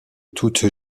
toute